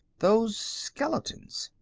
those skeletons.